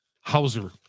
Hauser